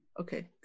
okay